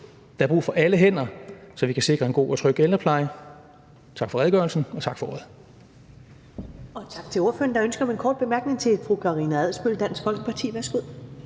Der er brug for alle hænder, så vi kan sikre en god og tryg ældrepleje. Tak for redegørelsen, og tak for ordet.